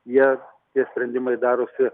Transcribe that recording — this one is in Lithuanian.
jie tie sprendimai darosi